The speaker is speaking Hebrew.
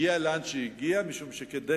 היא הגיעה לאן שהיא הגיעה משום שכדי